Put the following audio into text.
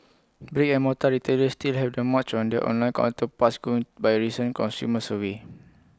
brick and mortar retailers still have the March on their online counterparts going by A recent consumer survey